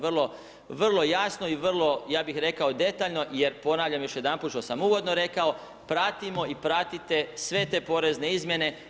Vrlo jasno i vrlo, ja bih rekao detaljno jer ponavljam još jedanput što sam uvodno rekao, pratimo i pratite sve te porezne izmjene.